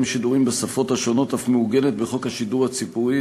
שידורים בשפות השונות אף מעוגנת בחוק השידור הציבורי,